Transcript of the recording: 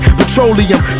petroleum